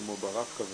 כמו ברב קו,